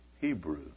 Hebrew